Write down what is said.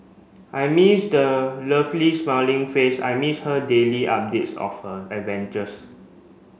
I miss the lovely smiling face I miss her daily updates of her adventures